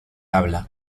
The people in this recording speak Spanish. habla